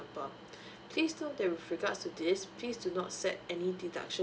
please note that with regard to this please do not set any deduction